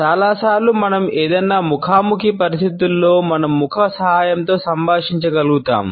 చాలా సార్లు మనం ఏదైనా ముఖాముఖి పరిస్థితుల్లో మన ముఖ సహాయంతో సంభాషించగలుగుతాము